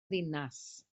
ddinas